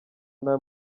nta